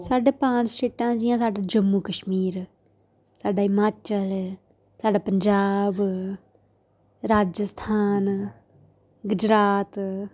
साढ़े पंज स्टेटां जियां साढ़ा जम्मू कश्मीर साड्डा हिमाचल साढ़ा पंजाब राजस्थान गुजरात